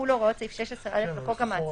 יחולו הוראות סעיף 16א לחוק המעצרים,